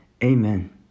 Amen